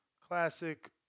Classic